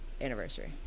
anniversary